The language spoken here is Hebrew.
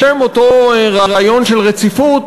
בשם אותו רעיון של רציפות,